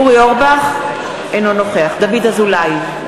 אינו נוכח דוד אזולאי,